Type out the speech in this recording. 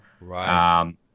Right